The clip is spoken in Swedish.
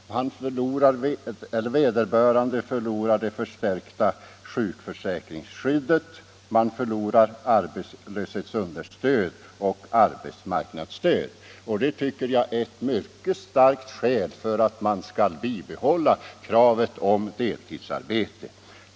Dessutom förlorar man det förstärkta sjukförsäkringsskyddet liksom arbetslöshetsunderstöd och arbetsmarknadsstöd. Det tycker jag är ett mycket starkt skäl för att bibehålla kravet på deltidsarbete.